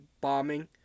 bombing